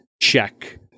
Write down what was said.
check